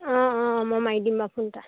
অঁ অঁ মই মাৰি দিম বাৰু ফোন এটা